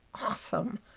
Awesome